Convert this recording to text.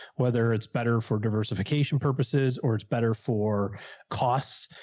whether it's better for diversification purposes or it's better for costs,